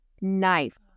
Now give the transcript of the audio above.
knife